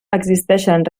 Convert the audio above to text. existeixen